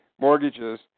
mortgages